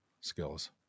skills